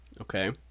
Okay